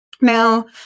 Now